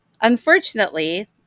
unfortunately